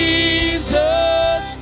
Jesus